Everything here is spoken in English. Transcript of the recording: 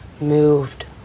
moved